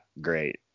great